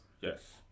Yes